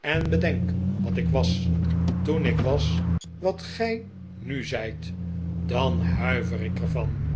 en bedenk wat ik was toen ik was wat gij nu zijt danhuiver ik er van